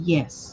Yes